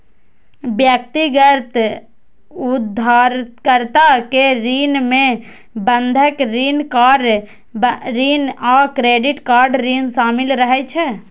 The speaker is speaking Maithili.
व्यक्तिगत उधारकर्ता के ऋण मे बंधक ऋण, कार ऋण आ क्रेडिट कार्ड ऋण शामिल रहै छै